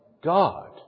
God